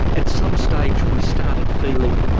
at some stage we started feeling,